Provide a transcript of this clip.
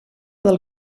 del